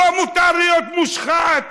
לא מותר להיות מושחת.